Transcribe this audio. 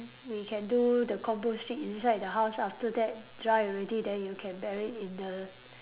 we can do the composting inside the house ah after that dry already then you can bury in the